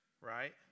right